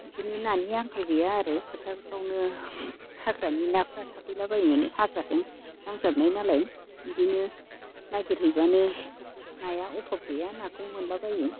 बिदिनो नानि आंखाल गैया आरो फोथारफोरावनो हाग्रानि नाफोरा थाफैलाबायनानै हाग्राजों नांजाबनाय नालाय बिदिनो नागिरहैबानो नाया अभाब गैया नाखौ मोनलाबायो